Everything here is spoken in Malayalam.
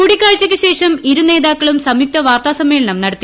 കൂടിക്കാഴ്ചയ്ക്ക് ശേഷം ഇരുനേതാക്കളും സംയുക്ത വാർത്താസമ്മേളനം നടത്തി